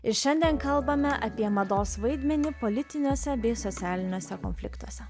ir šiandien kalbame apie mados vaidmenį politiniuose bei socialiniuose konfliktuose